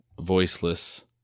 voiceless